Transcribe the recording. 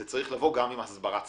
זה צריך לבוא גם עם הסברה צרכנית.